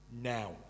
now